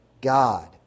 God